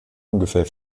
ungefähr